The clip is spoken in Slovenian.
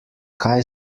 kaj